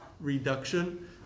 reduction